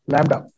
Lambda